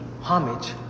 homage